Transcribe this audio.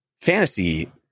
fantasy